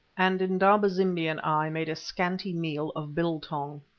and indaba-zimbi and i made a scanty meal of biltong.